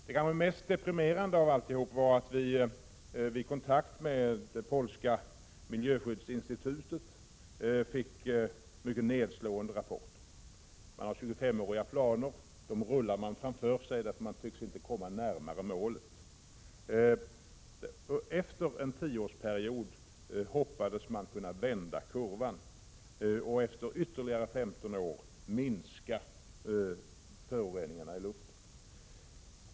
Det kanske mest deprimerande av alltihop var att vi vid kontakt med det polska miljöskyddsinstitutet fick mycket nedslående rapporter. Man har 25-åriga planer. Dem rullar man framför sig, för man tycks inte komma närmare målet. Man hoppades att efter en tioårsperiod kunna vända kurvan och att efter ytterligare 15 år kunna minska föroreningarna i luften.